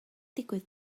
digwydd